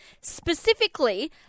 Specifically